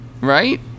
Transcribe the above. Right